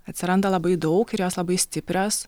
atsiranda labai daug ir jos labai stiprios